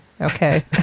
okay